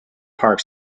park